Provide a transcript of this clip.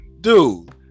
Dude